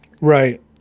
right